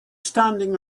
standing